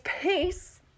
peace